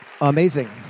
amazing